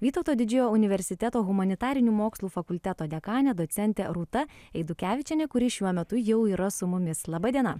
vytauto didžiojo universiteto humanitarinių mokslų fakulteto dekanė docentė rūta eidukevičienė kuri šiuo metu jau yra su mumis laba diena